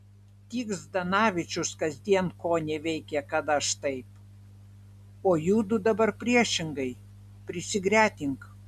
tik zdanavičius kasdien koneveikia kad aš taip o judu dabar priešingai prisigretink